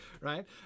right